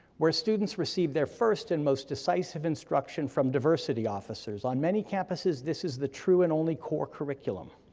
where students receive their first and most decisive instruction from diversity officers on many campuses this is the true and only core curriculum.